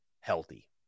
healthy